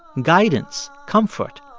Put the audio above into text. guidance, comfort.